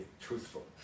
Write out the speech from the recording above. truthful